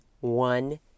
one